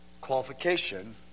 qualification